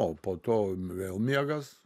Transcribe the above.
o po to vėl miegas